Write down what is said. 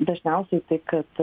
dažniausiai tai kad